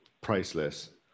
priceless